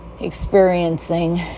experiencing